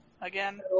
Again